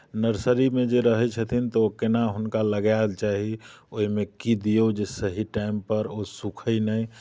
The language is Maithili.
नर्सरीमे जे रहैत छथिन तऽ केना हुनका लगायल चाही ओहिमे की दियौ जे सही टाइमपर ओ सुखय नहि